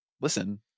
Listen